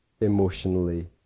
emotionally